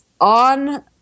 on